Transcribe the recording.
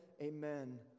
Amen